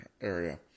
area